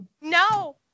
No